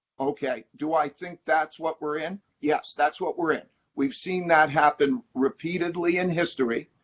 ok. do i think that's what we're in? yes, that's what we're in. we've seen that happen repeatedly in history.